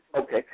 Okay